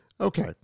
Okay